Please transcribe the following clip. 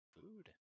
food